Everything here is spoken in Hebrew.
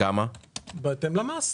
הורדנו בהתאם למס.